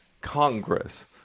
Congress